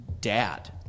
dad